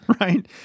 Right